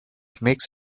makes